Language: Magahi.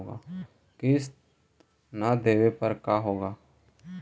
किस्त न देबे पर का होगा?